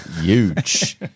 huge